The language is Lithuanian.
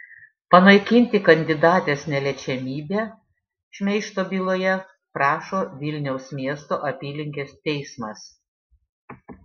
panaikinti kandidatės neliečiamybę šmeižto byloje prašo vilniaus miesto apylinkės teismas